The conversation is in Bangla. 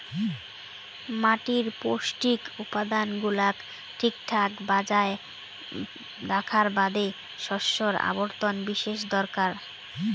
মাটির পৌষ্টিক উপাদান গুলাক ঠিকঠাক বজায় রাখার বাদে শস্যর আবর্তন বিশেষ দরকার